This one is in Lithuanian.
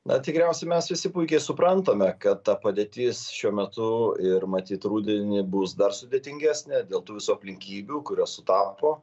na tikriausiai mes visi puikiai suprantame kad ta padėtis šiuo metu ir matyt rudenį bus dar sudėtingesnė dėl tų visų aplinkybių kurios sutapo